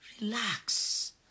Relax